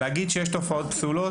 להגיד שיש תופעות פסולות?